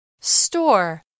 Store